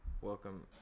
Welcome